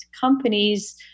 companies